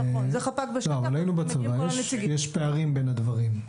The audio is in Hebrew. היינו בצבא, יש פערים בין הדברים.